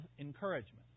encouragement